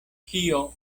kio